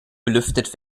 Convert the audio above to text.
belüftet